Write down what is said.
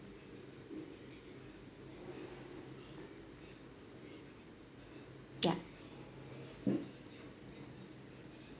yup